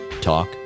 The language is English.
Talk